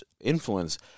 influence